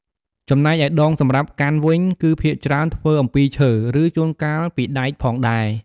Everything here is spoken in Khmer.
ចំណែកឯដងសម្រាប់កាន់វិញ គឺភាគច្រើនធ្វើអំពីឈើ ឬជួនកាលពីដែកផងដែរ។